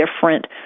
different